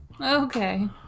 Okay